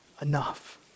enough